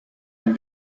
and